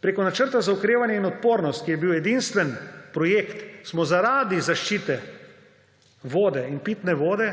Preko Načrta za okrevanje in odpornost, ki je bil edinstven projekt, smo zaradi zaščite vode in pitne vode